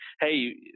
hey